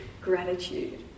gratitude